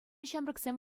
ҫамрӑксем